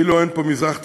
כאילו אין פה מזרח תיכון,